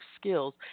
skills